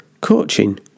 coaching